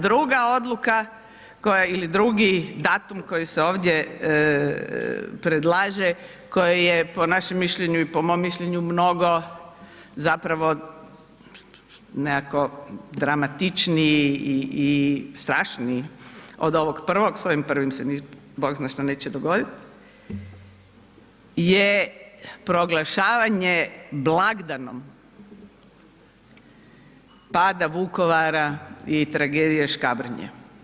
Druga odluka koja ili drugi datum koji se ovdje predlaže, koji je po našem mišljenju i po mom mišljenju mnogo zapravo nekako dramatičniji i strašniji od ovog prvog, s ovim prvim se ništa bog zna što neće dogoditi je proglašavanje blagdanom pada Vukovara i tragedije Škabrnje.